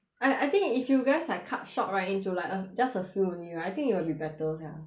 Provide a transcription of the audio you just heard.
I I think if you guys like cut short right into like a just a few only right I think you will be better sia